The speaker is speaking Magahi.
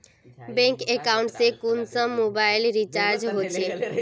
बैंक अकाउंट से कुंसम मोबाईल रिचार्ज होचे?